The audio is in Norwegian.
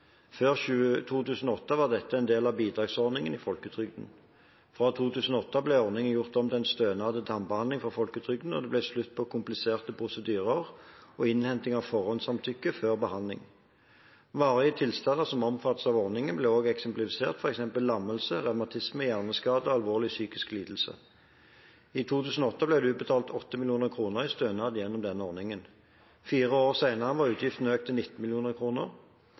Før 2008 var dette en del av bidragsordningen i folketrygden. Fra 2008 ble ordningen gjort om til stønad til tannbehandling fra folketrygden, og det ble slutt på kompliserte prosedyrer og innhenting av forhåndssamtykke før behandling. Varige tilstander som omfattes av ordningen, ble også eksemplifisert, f.eks. lammelse, revmatisme, hjerneskade og alvorlig psykisk lidelse. I 2008 ble det utbetalt 8 mill. kr i stønad gjennom denne ordningen. Fire år senere var utgiftene økt til 19